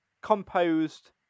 composed